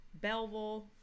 Belleville